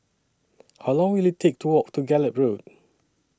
How Long Will IT Take to Walk to Gallop Road